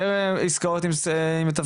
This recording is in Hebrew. המגמה היא שיש יותר עסקאות עם מתווכים או בלי?